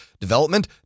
development